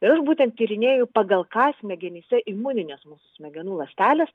ir aš būtent tyrinėju pagal ką smegenyse imuninės mūsų smegenų ląstelės